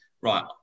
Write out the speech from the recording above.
right